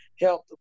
help